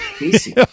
Easy